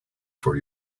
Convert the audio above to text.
for